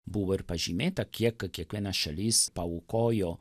buvo ir pažymėta kiek kiekviena šalis paaukojo